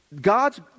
God's